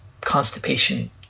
constipation